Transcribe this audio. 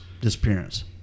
disappearance